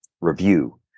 review